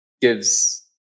gives